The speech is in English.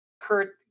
Kurt